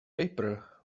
paper